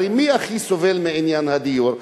הרי מי הכי סובל מעניין הדיור?